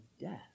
death